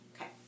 okay